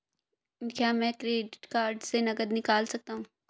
क्या मैं credit card से नकद निकाल सकता हूँ?